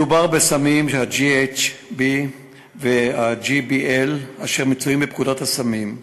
מדובר בסמים GHB ו-GBL, אשר נמצאים בפקודת הסמים.